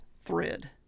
thread